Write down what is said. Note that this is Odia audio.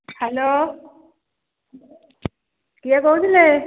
ହ୍ୟାଲୋ କିଏ କହୁଥିଲେ